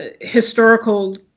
historical